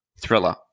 Thriller